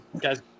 Guys